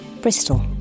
Bristol